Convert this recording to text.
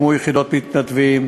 הוקמו יחידות מתנדבים,